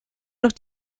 noch